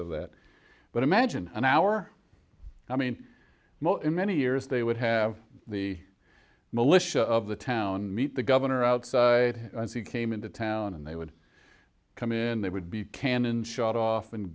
of that but imagine an hour i mean most in many years they would have the militia of the town meet the governor outside as he came into town and they would come in they would be cannon shot off and